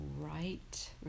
right